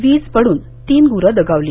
वीज पडून तीन गूरं दगावली